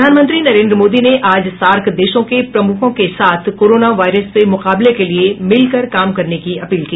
प्रधान मंत्री नरेंद्र मोदी ने आज सार्क देशों के प्रमुखों के साथ कोरोना वायरस से मुकाबला के लिए मिलकर काम करने की अपील की